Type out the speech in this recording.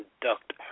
conduct